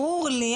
ברור לי,